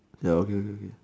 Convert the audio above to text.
ya okay